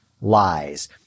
lies